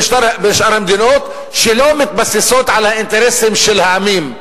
שאר המדינות שלא מתבססים על האינטרסים של העמים.